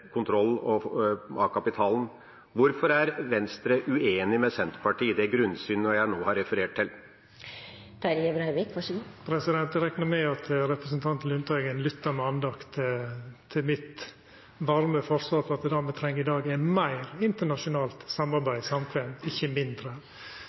kontroll av kapitalen. Hvorfor er Venstre uenig med Senterpartiet i det grunnsynet jeg nå har referert til? Eg reknar med at representanten Lundteigen lytta med andakt til mitt varme forsvar for at det me treng i dag, er meir internasjonalt